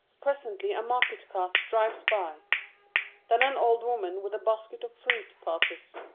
presently a market cart drives by then an old woman with a basket of fruit passes